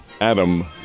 Adam